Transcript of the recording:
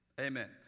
Amen